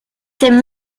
thème